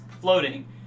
floating